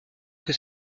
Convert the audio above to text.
que